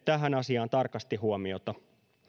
tähän asiaan tarkasti huomiota